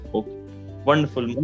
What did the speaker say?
Wonderful